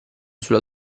sulla